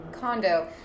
condo